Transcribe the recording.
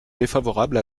défavorable